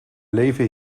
leven